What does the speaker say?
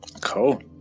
cool